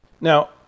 Now